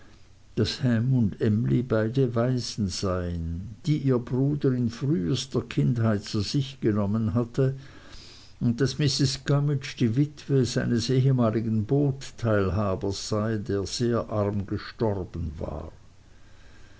daß ham und emly beide waisen seien die ihr bruder in frühester kindheit zu sich genommen hatte und daß mrs gummidge die witwe seines ehemaligen bootteilhabers sei der sehr arm gestorben war